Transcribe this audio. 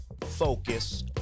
Focus